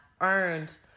earned